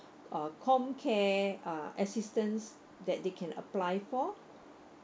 uh comcare uh assistance that they can apply for